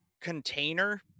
container